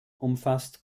umfasst